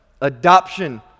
Adoption